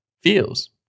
feels